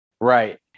Right